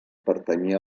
pertanyia